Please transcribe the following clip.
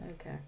Okay